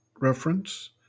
Reference